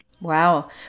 Wow